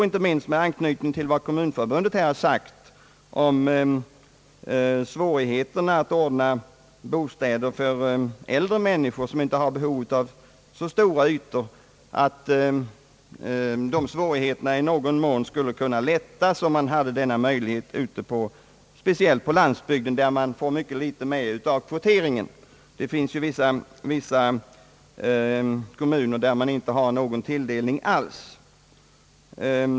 Inte minst med anknytning till vad kommunförbundet har anfört beträffande svårigheterna att ordna bostäder för äldre människor, som inte har behov av så stor bostad, är detta värt att beakta. Speciellt på landsbygden, där man får mycket litet med av kvoteringen kan dylik byggnation vara av stort värde.